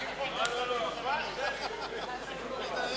הוא בעד או נגד?